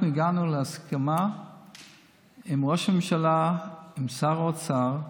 אנחנו הגענו להסכמה עם ראש הממשלה, עם שר האוצר,